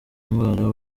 ndwara